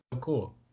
cool